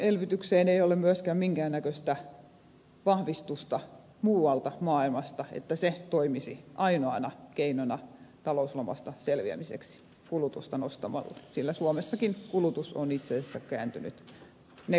veroelvytykseen ei ole myöskään minkään näköistä vahvistusta muualta maailmasta että se toimisi ainoana keinona talouslamasta selviämiseksi kulutusta nostamalla sillä suomessakin kulutus on itse asiassa kääntynyt negatiiviseen puoleen